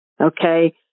okay